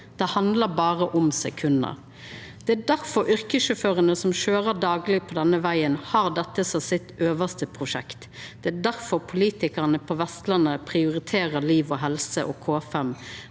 Det handlar berre om sekund. Det er difor yrkessjåførane som køyrer på denne vegen dagleg, har dette som sitt øvste prosjekt. Det er difor politikarane på Vestlandet prioriterer liv og helse og K5,